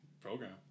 program